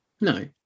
no